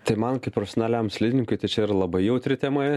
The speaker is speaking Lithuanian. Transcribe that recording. tai man kaip profesionaliam slidininkui tai čia yra labai jautri tema